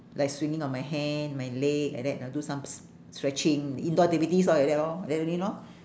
like swinging on my hand my leg like that lah do some s~ stretching indoor activities lor like that lor like that only lor